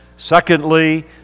Secondly